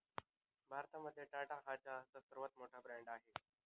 भारतामध्ये टाटा हा चहाचा सगळ्यात मोठा ब्रँड आहे